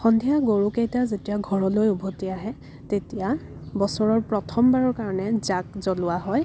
সন্ধিয়া গৰুকেইটা যেতিয়া ঘৰলৈ উভতি আহে তেতিয়া বছৰৰ প্ৰথম বাৰৰ কাৰণে যাগ জ্বলোৱা হয়